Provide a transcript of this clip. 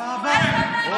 תודה רבה.